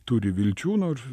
turi vilčių nors